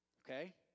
Okay